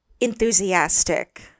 Enthusiastic